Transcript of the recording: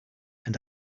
and